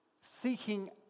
Seeking